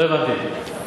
לא הבנתי.